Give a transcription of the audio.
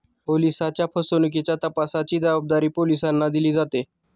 ओलिसांच्या फसवणुकीच्या तपासाची जबाबदारी पोलिसांना दिली जाते